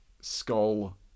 skull